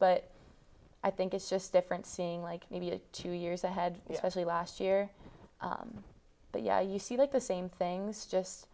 but i think it's just different seeing like maybe the two years ahead actually last year but yeah you see like the same things just